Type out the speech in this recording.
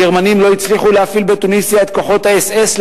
הגרמנים לא הצליחו להפעיל בתוניסיה את כוחות האס.אס.